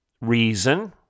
reason